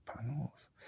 panels